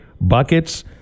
buckets